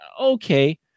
okay